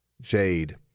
Jade